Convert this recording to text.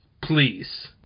Please